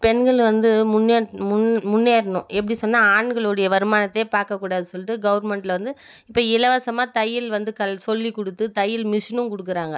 பெண்கள் வந்து முன்னே முன் முன்னேறணும் எப்படி சொன்னால் ஆண்களுடைய வருமானத்தையே பார்க்கக் கூடாது சொல்லிட்டு கவுர்மெண்ட்லிருந்து இப்போ இலவசமாக தையல் வந்து கல் சொல்லிக்கொடுத்து தையல் மிஷினும் கொடுக்குறாங்க